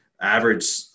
average